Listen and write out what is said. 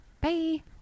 bye